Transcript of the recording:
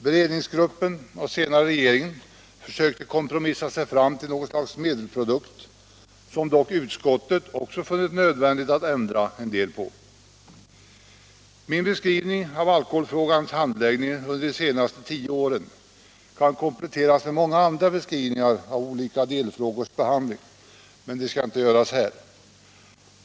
Beredningsgruppen, och senare regeringen, försökte kompromissa sig fram till något slags medelprodukt, som sedan utskottet funnit det nödvändigt att ändra en del på. Min beskrivning av alkoholfrågans handläggning under de senaste tio åren kunde kompletteras med många andra beskrivningar av olika delfrågors behandling, men det skall inte göras här.